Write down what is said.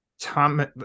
Tom